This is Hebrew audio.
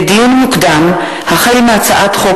לדיון מוקדם: החל בהצעת חוק